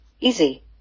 Easy